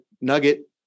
nugget